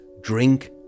drink